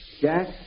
Jack